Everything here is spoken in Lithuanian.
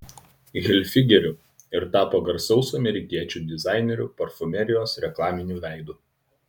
hilfigeriu ir tapo garsaus amerikiečių dizainerio parfumerijos reklaminiu veidu